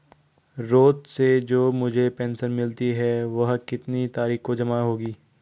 रोज़ से जो मुझे पेंशन मिलती है वह कितनी तारीख को जमा होगी?